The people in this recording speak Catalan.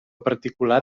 particular